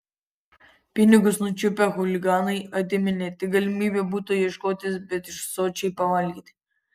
pinigus nučiupę chuliganai atėmė ne tik galimybę buto ieškotis bet ir sočiai pavalgyti